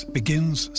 begins